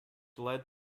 led